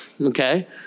okay